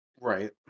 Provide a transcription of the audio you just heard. Right